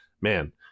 man